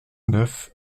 neuf